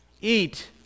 Eat